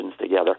together